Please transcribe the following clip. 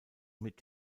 mit